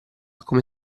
come